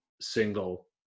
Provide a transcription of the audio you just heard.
single